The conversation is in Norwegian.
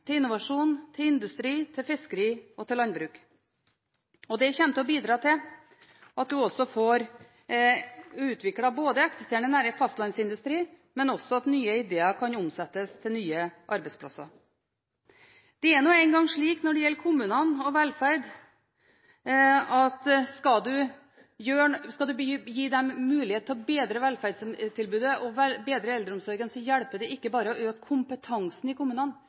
til innovasjon, til industri, til fiskeri og til landbruk. Det kommer til å bidra til at man får utviklet eksisterende fastlandsindustri, men også til at nye ideer kan omsettes til nye arbeidsplasser. Det er nå engang slik når det gjelder kommunene og velferd, at skal man gi dem muligheten til å bedre velferdstilbudet og eldreomsorgen, hjelper det ikke bare å øke kompetansen i kommunene.